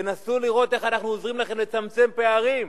תבואו לראות איך אנחנו עוזרים לכם לצמצם פערים.